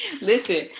Listen